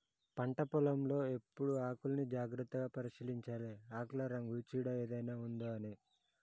పంట పొలం లో ఎప్పుడు ఆకుల్ని జాగ్రత్తగా పరిశీలించాలె ఆకుల రంగు చీడ ఏదైనా ఉందొ అని